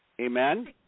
Amen